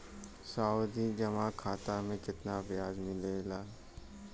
सावधि जमा खाता मे कितना ब्याज मिले ला?